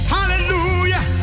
Hallelujah